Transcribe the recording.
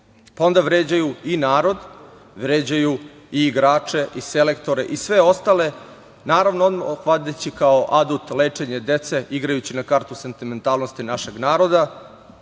pa onda vređaju i narod, vređaju i igrače i selektore i sve ostale, naravno, vadeći kao adut lečenje dece, igrajući na kartu sentimentalnosti našeg naroda,